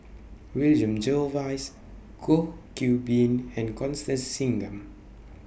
William Jervois Goh Qiu Bin and Constance Singam